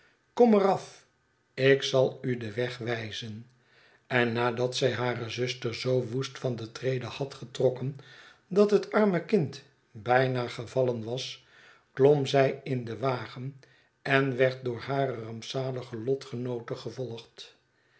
kom er af ik zal u den weg wijzen en nadat zij hare zuster zoo woest van de trede had getrokken dat het arme kind bijna gevallen was klom zij in den wagen en werd door hare rampzalige lotgenoote gevolgd